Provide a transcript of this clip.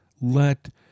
let